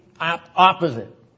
opposite